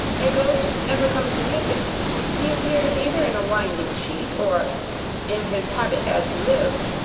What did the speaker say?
a ghost never comes naked he appears either in a winding-sheet or in his habit as he lived.